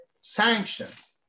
sanctions